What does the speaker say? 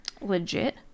legit